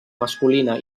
masculina